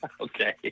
Okay